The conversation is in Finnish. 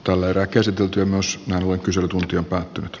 tällä erää käsitelty myös voi kyselytunti on etenevät